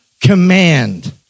command